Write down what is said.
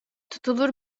tutulur